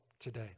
today